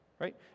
right